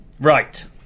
Right